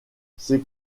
c’est